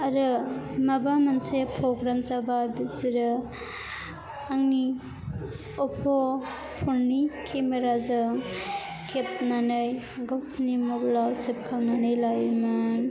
आरो माबा मोनसे प्रग्राम जाबा बिसोरो आंनि अप्प' फ'ननि केमेराजों खेबनानै गावसोरनि मबाइलआव सेबखांनानै लायोमोन